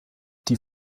die